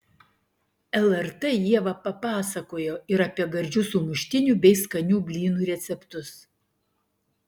lrt ieva papasakojo ir apie gardžių sumuštinių bei skanių blynų receptus